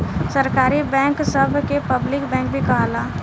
सरकारी बैंक सभ के पब्लिक बैंक भी कहाला